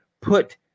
put